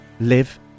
live